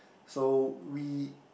so we